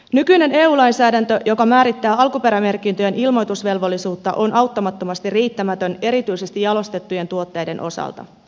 nykyinen eu lainsäädäntö joka määrittää alkuperämerkintöjen ilmoitusvelvollisuutta on auttamattomasti riittämätön erityisesti jalostettujen tuotteiden osalta